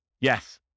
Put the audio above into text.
Yes